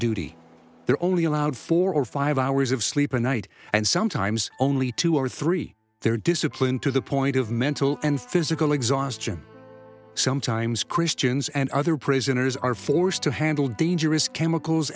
duty they're only allowed four or five hours of sleep a night and sometimes only two or three they're disciplined to the point of mental and physical exhaustion sometimes christians and other prisoners are forced to handle dangerous chemicals